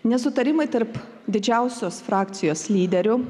nesutarimai tarp didžiausios frakcijos lyderių